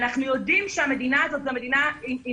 אנחנו יודעים שהמדינה הזאת היא המדינה עם